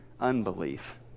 unbelief